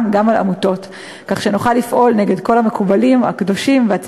מראש עלול לגרור אחריו תשלום פיצויים ללקוח